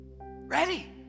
Ready